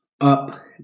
Up